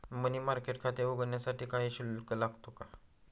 मनी market खाते उघडण्यासाठी काही शुल्क लागतो का?